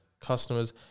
customers